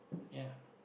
ya